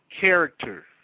character